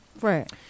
Right